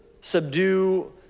subdue